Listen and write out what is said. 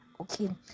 Okay